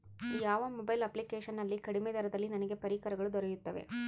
ಯಾವ mobile application ನಲ್ಲಿ ಕಡಿಮೆ ದರದಲ್ಲಿ ನನಗೆ ಪರಿಕರಗಳು ದೊರೆಯುತ್ತವೆ?